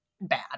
bad